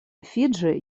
фиджи